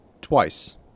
Twice